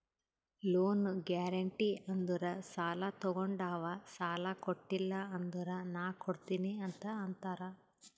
loan guarantee ಅಂದುರ್ ಸಾಲಾ ತೊಗೊಂಡಾವ್ ಸಾಲಾ ಕೊಟಿಲ್ಲ ಅಂದುರ್ ನಾ ಕೊಡ್ತೀನಿ ಅಂತ್ ಅಂತಾರ್